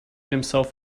himself